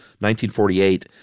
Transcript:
1948